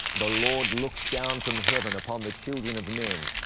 the lord looks down from heaven upon the children of men,